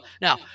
Now